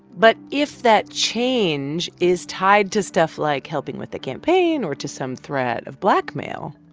but if that change is tied to stuff like helping with the campaign or to some threat of blackmail,